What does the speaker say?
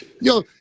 Yo